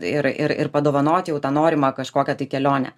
ir ir ir padovanoti jau tą norimą kažkokią tai kelionę